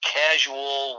casual